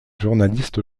journaliste